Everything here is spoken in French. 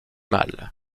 mâles